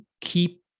keep